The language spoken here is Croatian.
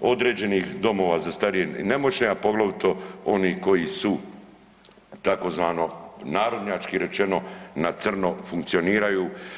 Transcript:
određenih domova za starije i nemoćne, a poglavito onih koji su tzv. narodnjački rečeno na crno funkcioniraju.